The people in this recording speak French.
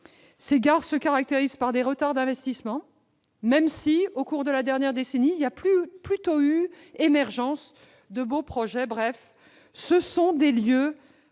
Ces gares se caractérisent par des retards d'investissement, même si, au cours de la dernière décennie, ont émergé plutôt de beaux projets. Bref, ce sont des lieux